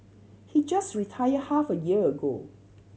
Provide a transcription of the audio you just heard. he just retired half a year ago